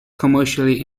commercially